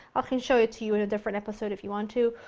ah can show it to you in a different episode if you want to,